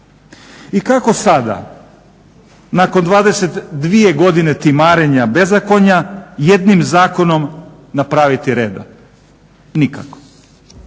I kako sada nakon 22 godine timarenja bezakonja jednim zakonom napraviti reda? Nikako.